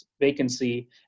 vacancy